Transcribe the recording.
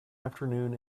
afternoon